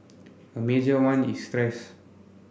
a major one is stress